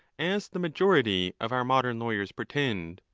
as the majority of our modern lawyers pretend,